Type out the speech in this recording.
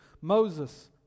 Moses